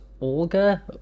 Olga